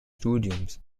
studiums